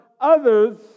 others